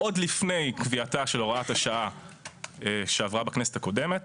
עוד לפני קביעתה של הוראת השעה שעברה בכנסת הקודמת,